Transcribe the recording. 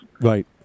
Right